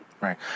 Right